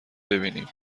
ببینیم